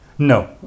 No